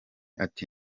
ati